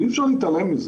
ואי אפשר להתעלם מזה,